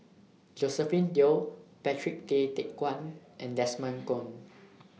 Josephine Teo Patrick Tay Teck Guan and Desmond Kon